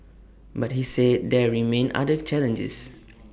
but he said there remain other challenges